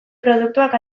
produktuak